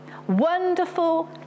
wonderful